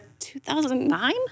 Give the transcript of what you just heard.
2009